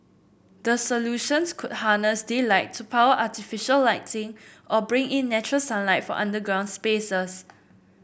the solutions could harness daylight to power artificial lighting or bring in natural sunlight for underground spaces